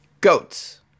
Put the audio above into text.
Goats